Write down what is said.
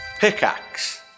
Pickaxe